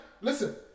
listen